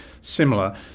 similar